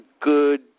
good